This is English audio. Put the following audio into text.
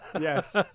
Yes